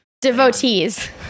Devotees